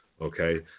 okay